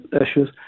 issues